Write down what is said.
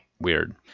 weird